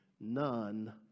none